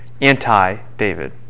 anti-David